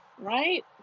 right